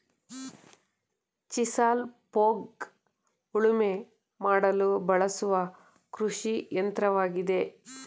chisel plough ಉಳುಮೆ ಮಾಡಲು ಬಳಸುವ ಕೃಷಿಯಂತ್ರವಾಗಿದೆ